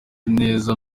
neza